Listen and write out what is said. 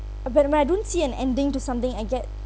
it but if I don't see an ending to something I get